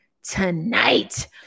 Tonight